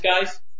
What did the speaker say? guys